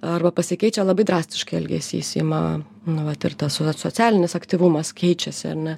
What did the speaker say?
arba pasikeičia labai drastiškai elgesys ima nu vat ir tas vat socialinis aktyvumas keičiasi ar ne